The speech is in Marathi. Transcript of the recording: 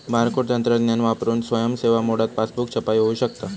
बारकोड तंत्रज्ञान वापरून स्वयं सेवा मोडात पासबुक छपाई होऊ शकता